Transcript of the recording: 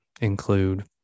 include